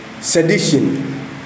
sedition